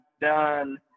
done